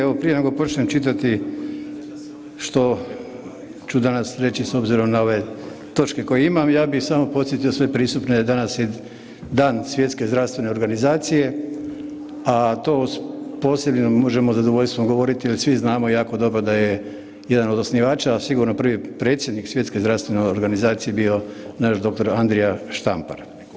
Evo prije nego počnem čitati što ću danas reći s obzirom na ove točke koje imam, ja bih samo podsjetio sve prisutne da je danas Dan svjetske zdravstvene organizacije, a to posebno možemo sa zadovoljstvom govoriti jer svi znamo jako dobro da je jedan od osnivača, a sigurno prvi predsjednik Svjetske zdravstvene organizacije bio naš dr. Andrija Štampar.